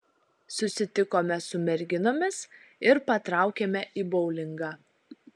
susitikome su merginomis ir patraukėme į boulingą